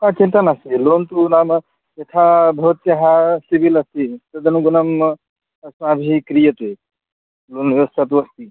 आ चिन्ता नास्ति लोन् तु नाम यथा भवत्यः सिविल् अस्ति तदनुगुणम् अस्माभिः क्रियते एवं व्यवस्था तु अस्ति